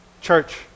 Church